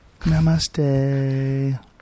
Namaste